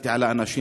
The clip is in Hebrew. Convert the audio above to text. הסתכלתי על האנשים,